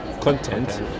content